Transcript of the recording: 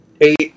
eight